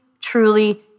truly